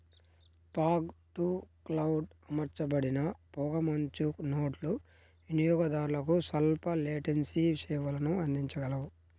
fog to cloud అమర్చబడిన పొగమంచు నోడ్లు వినియోగదారులకు స్వల్ప లేటెన్సీ సేవలను అందించగలవు